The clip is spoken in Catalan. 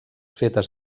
fetes